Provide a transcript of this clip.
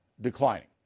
declining